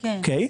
אוקיי?